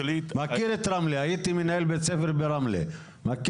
מכיר את רמלה, הייתי מנהל בית ספר ברמלה .